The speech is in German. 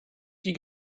die